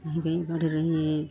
महँगाई बढ़ रही है